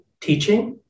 teaching